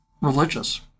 religious